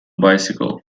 bicycle